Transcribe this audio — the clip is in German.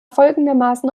folgendermaßen